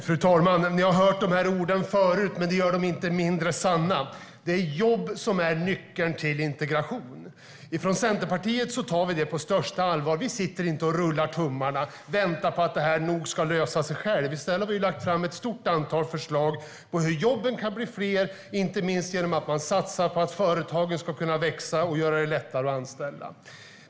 Fru talman! Ni har hört de här orden förut, men det gör dem inte mindre sanna: Det är jobb som är nyckeln till integration. I Centerpartiet tar vi detta på största allvar. Vi sitter inte och rullar tummarna och väntar på att det här ska lösa sig självt. I stället har vi lagt fram ett stort antal förslag på hur jobben kan bli fler, inte minst genom att man satsar på att företagen ska kunna växa och gör det lättare att anställa.